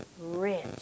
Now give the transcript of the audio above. rich